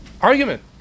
argument